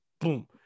boom